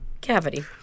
cavity